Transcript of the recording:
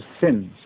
sins